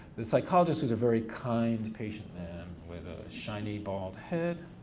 the psychologist was a very kind, patient man with a shiny bald head.